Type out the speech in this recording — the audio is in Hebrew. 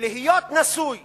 שלהיות נשוי